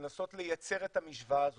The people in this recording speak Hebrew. לנסות לייצר את המשוואה הזאת.